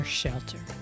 shelter